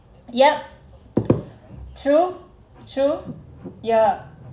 yup true true yeah